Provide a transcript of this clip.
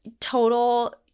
total